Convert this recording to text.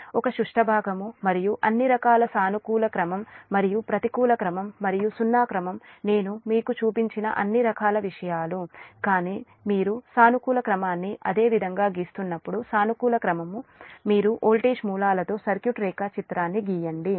ఒక సుష్ట భాగం మరియు అన్ని రకాల సానుకూల క్రమం మరియు ప్రతికూల క్రమం మరియు సున్నా క్రమం నేను మీకు చూపించిన అన్ని రకాల విషయాలు కానీ మీరు సానుకూల క్రమాన్ని అదే విధంగా గీస్తున్నప్పుడు సానుకూల క్రమం మీరు వోల్టేజ్ మూలాలతో సర్క్యూట్ రేఖాచిత్రాన్ని గీయండి